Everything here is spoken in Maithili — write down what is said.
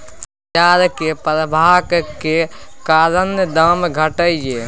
बजारक प्रभाबक कारणेँ दाम घटलै यै